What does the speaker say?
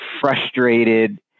frustrated